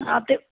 ਆ ਅਤੇ